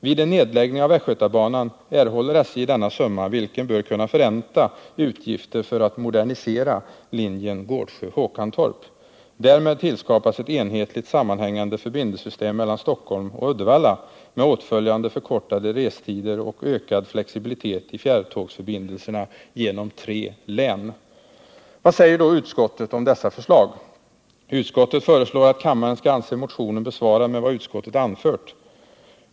Vid en nedläggning av västgötabanan erhåller SJ denna summa, vilken bör kunna förränta utgifter för att modernisera linjen Gårdsjö-Håkantorp. Därmed tillskapas ett enhetligt sammanhängande förbindelsesystem mellan Stockholm och Uddevalla med åtföljande förkortade restider och ökad flexibilitet i fjärrtågsförbindelserna genom tre län. Vad säger då utskottet om dessa förslag? Utskottet föreslår att riksdagen skall anse motionen besvarad med vad utskottet anfört.